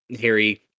Harry